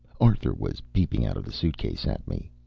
arthur was peeping out of the suitcase at me.